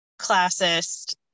classist